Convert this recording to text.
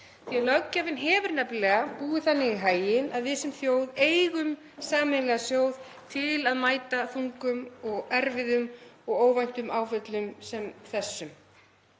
því að löggjafinn hefur nefnilega búið þannig í haginn að við sem þjóð eigum sameiginlegan sjóð til að mæta þungum, erfiðum og óvæntum áföllum sem þessum.